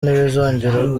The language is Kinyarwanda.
ntibizongere